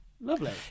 lovely